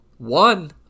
One